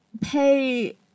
pay